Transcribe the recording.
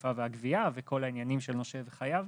האכיפה והגבייה וכל העניינים של נושה וחייב,